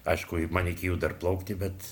aišku man iki jų dar plaukti bet